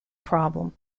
problem